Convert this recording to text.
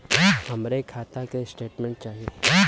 हमरे खाता के स्टेटमेंट चाही?